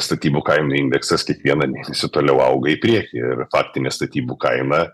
statybų kainų indeksas kiekvieną mėnesį toliau auga į priekį ir faktinė statybų kaina